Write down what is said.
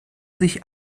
sich